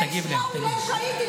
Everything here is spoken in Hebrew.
לפני שנייה הוא הילל שהידים,